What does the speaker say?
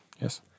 Yes